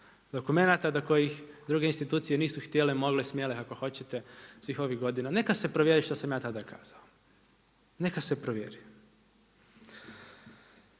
dokumenata do kojih druge institucije nisu htjele, mogle, smjele, kako hoćete svih ovih godina. Neka se provjeri što sam ja tad kazao, neka se provjeri.